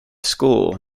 school